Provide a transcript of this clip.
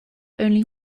only